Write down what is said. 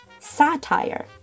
satire